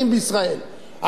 חבר הכנסת אייכלר,